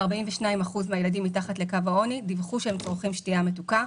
42% מן הילדים מתחת לקו העוני דיווחו שהם צורכים שתייה מתוקה.